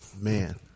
man